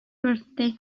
birthday